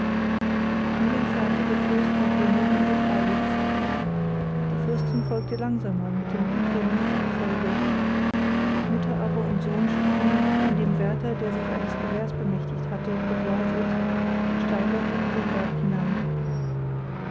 nun entfernte der fürst mit wenigen sich eiligst die fürstin folgte langsamer mit dem übrigen gefolge mutter aber und sohn stiegen von dem wärtel der sich eines gewehrs bemächtigt hatte begleitet steiler gegen den berg hinan